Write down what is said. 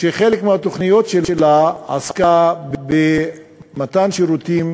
שבחלק מהתוכניות שלה עסקה במתן שירותים